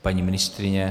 Paní ministryně?